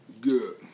Good